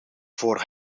voor